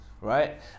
right